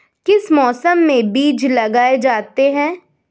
किस मौसम में बीज लगाए जाते हैं?